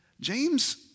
James